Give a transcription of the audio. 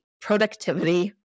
productivity